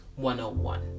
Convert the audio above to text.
101